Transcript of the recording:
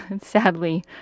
sadly